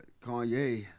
Kanye